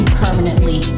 permanently